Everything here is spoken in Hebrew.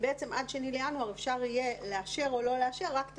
בעצם עד 2 בינואר יהיה אפשר לאשר או לא לאשר רק את